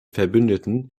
verbündeten